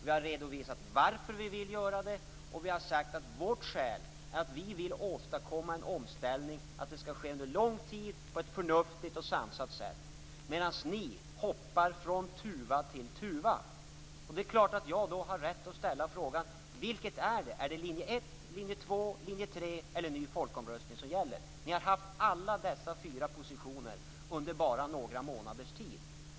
Vi har redovisat varför vi vill göra det. Vi har sagt att vårt skäl är att vi vill åstadkomma en omställning och att det skall ske under lång tid på ett förnuftigt och sansat sätt. Ni däremot hoppar från tuva till tuva. Det är klart att jag då har rätt att ställa frågan: Vilket är det? Är det linje 1, linje 2, linje 3 eller ny folkomröstning som gäller? Ni har haft alla dessa fyra positioner under bara några månaders tid.